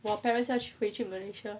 我 parents 要回去 malaysia